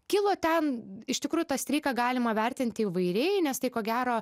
kilo ten iš tikrųjų tą streiką galima vertinti įvairiai nes tai ko gero